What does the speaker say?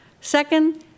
Second